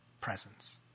presence